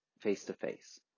face-to-face